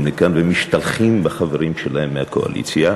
לכאן ומשתלחים בחברים שלהם מהקואליציה,